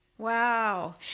Wow